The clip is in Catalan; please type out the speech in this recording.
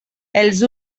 els